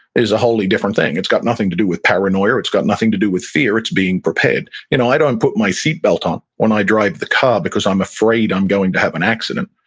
is a wholly different thing. it's got nothing to do with paranoia. it's got nothing to do with fear. it's being prepared you know i don't put my seatbelt on when i drive the car because i'm afraid i'm going to have an accident.